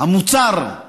המוצר.